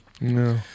No